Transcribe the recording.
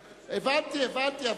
הבנתי, הבנתי.